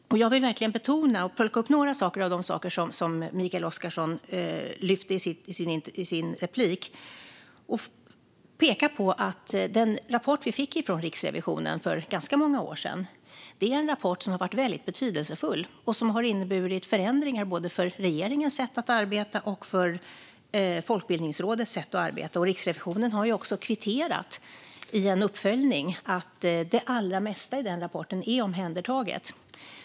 Jag vill plocka upp några av de saker som Mikael Oscarsson tog upp i sitt inlägg och peka på att den rapport som kom från Riksrevisionen för ganska många år sedan är en rapport som har varit väldigt betydelsefull och som har inneburit förändringar för både regeringens och Folkbildningsrådets sätt att arbeta. Riksrevisionen har ju också i en uppföljning kvitterat att det allra mesta i rapporten är omhändertaget.